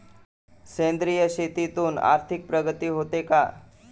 सेंद्रिय शेतीतून आर्थिक प्रगती होते का?